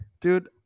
Dude